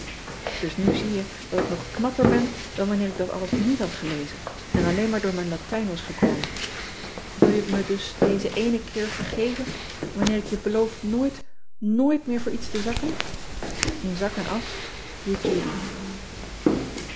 us nu zie je dat ik nog knapper ben dan wanneer ik dat alles niet had gelezen en alleen maar door mijn atijn was gekomen il je het me dus dezen éénen keer vergeven wanneer ik je beloof nooit nooit meer voor iets te zakken n zak en asch